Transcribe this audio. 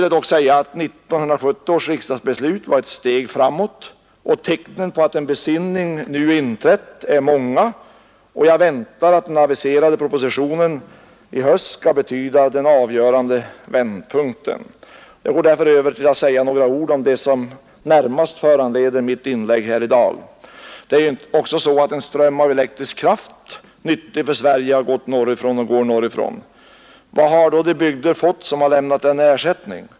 1970 års riksdagsbeslut var ett steg framåt, och tecknen på att en besinning nu inträtt är många. Jag väntar att den aviserade propositionen i höst skall betyda den avgörande vändpunkten. Låt mig gå över till att säga några ord om det som närmast föranleder mitt inlägg här i dag. Strömmen av elektrisk kraft — nyttig för Sverige — har gått och går fortfarande norrifrån. Vad har då de bygder som lämnat elkraften fått i ersättning?